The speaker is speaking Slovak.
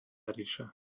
ríša